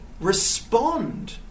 respond